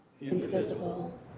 indivisible